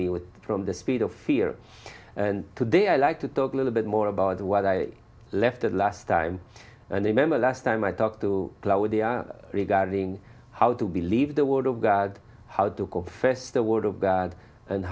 me with from the speed of fear today i like to talk a little bit more about what i left the last time and a member last time i talked to lower the regarding how to believe the word of god how to confess the word of god and